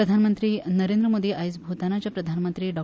प्रधानमंत्री नरें द्र मोदी आयज भुतानाचे प्रधानमंत्री डॉ